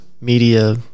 media